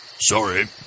Sorry